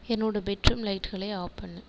என்னோடய பெட்ரூம் லைட்டுகளை ஆஃப் பண்ணு